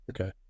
Okay